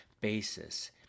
basis